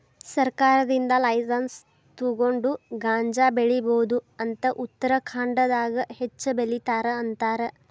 ಸರ್ಕಾರದಿಂದ ಲೈಸನ್ಸ್ ತುಗೊಂಡ ಗಾಂಜಾ ಬೆಳಿಬಹುದ ಅಂತ ಉತ್ತರಖಾಂಡದಾಗ ಹೆಚ್ಚ ಬೆಲಿತಾರ ಅಂತಾರ